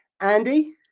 Andy